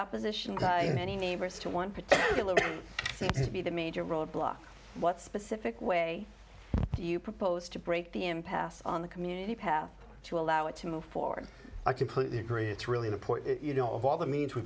opposition to many neighbors to one particular to be the major roadblock what specific way do you propose to break the impasse on the community path to allow it to move forward i completely agree it's really important you know of all the means we